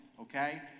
Okay